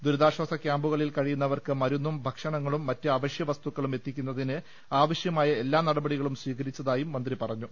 ദുരിതാശ്ചാസ ക്യാമ്പുകളിൽ കഴിയുന്നവർക്ക് മരുന്നും ഭക്ഷണങ്ങളും മറ്റ് അവശ്യ വസ്തു ക്കളും എത്തിക്കുന്നതിന് ആവശ്യമായ എല്ലാ നടപടികളും സ്വീക രിച്ചതായും മന്ത്രി പറഞ്ഞു